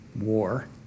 war